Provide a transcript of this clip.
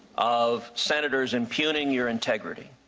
of senators impugning your integrity.